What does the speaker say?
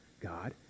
God